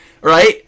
Right